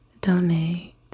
donate